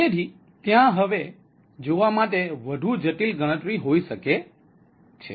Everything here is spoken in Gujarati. તેથી ત્યાં હવે જોવા માટે વધુ જટિલ ગણતરી હોઈ શકે છે